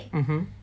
mmhmm